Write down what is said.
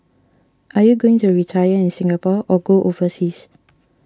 are you going to retire in Singapore or go overseas